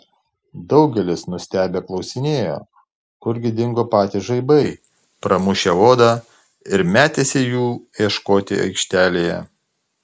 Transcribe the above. daugelis nustebę klausinėjo kurgi dingo patys žaibai pramušę odą ir metėsi jų ieškoti aikštelėje